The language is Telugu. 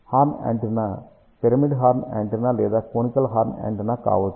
horn antenna pyramidal horn antenna లేదా కోనికల్ హార్న్ యాంటెన్నా కావచ్చు